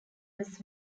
was